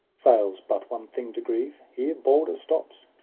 fails but one thing to grieve, here balder stops!